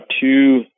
two